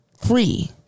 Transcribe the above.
free